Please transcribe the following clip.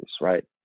right